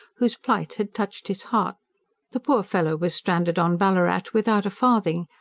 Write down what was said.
whose plight had touched his heart the poor fellow was stranded on ballarat without a farthing,